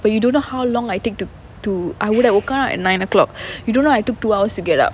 but you don't know how long I take to to I would've woken up at nine O clock you don't I took two hours to get up